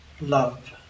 love